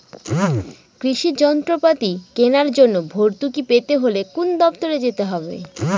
কৃষি যন্ত্রপাতি কেনার জন্য ভর্তুকি পেতে হলে কোন দপ্তরে যেতে হবে?